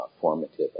formative